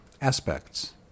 Aspects